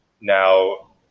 Now